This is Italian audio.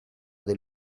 del